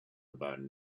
about